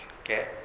Okay